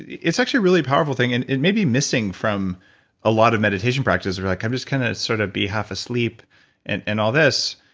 it's actually really powerful thing, and it maybe missing from a lot of meditation practices where like i'm just kind of sort of be half asleep and and all this,